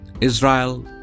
Israel